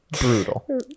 brutal